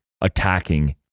attacking